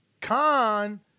Khan